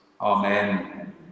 Amen